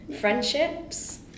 friendships